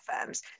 firms